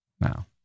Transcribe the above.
Now